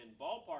ballpark